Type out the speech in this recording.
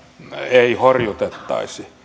ei horjutettaisi